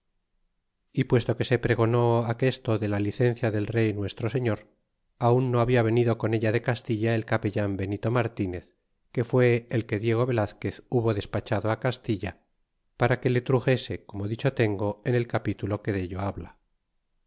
e puesto que se pregonó aquesto de la licencia del rey nuestro se ñor aun no habla venido con ella de castilla el capellan benito martínez que fue el que diego velazquez hubo despachado castilla para que le truxese como dicho tengo en el capitulo que dello habla